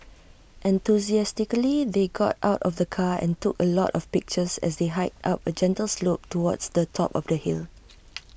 enthusiastically they got out of the car and took A lot of pictures as they hiked up A gentle slope towards the top of the hill